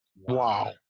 Wow